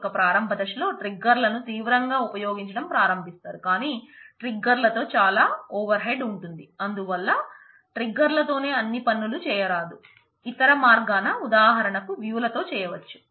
ట్రిగ్గర్లు తో చేయవచ్చు